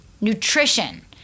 nutrition